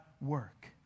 work